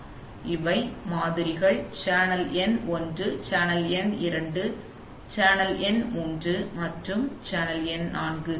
பலவற்றில் இவை மாதிரிகள் சேனல் எண் ஒன்று சேனல் எண் இரண்டு சேனல் எண் மூன்று மற்றும் சேனல் எண் நான்கு